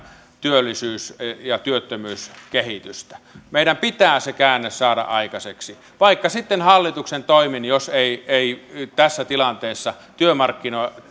työllisyys ja työttömyyskehitystä meidän pitää se käänne saada aikaiseksi vaikka sitten hallituksen toimin jos eivät tässä tilanteessa